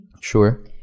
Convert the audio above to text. Sure